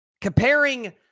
Comparing